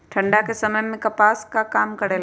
ठंडा के समय मे कपास का काम करेला?